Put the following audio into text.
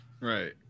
Right